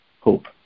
hope